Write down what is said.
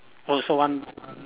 oh so one